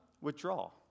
withdraw